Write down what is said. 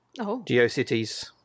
GeoCities